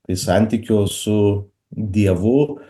tai santykio su dievu